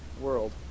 world